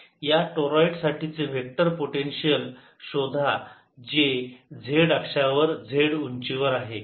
या टोराईड साठीचे vector potential शोधा जी z अक्षावर z उंचीवर आहे